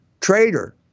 traitor